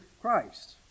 Christ